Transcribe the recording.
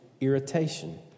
irritation